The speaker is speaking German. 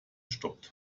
stoppt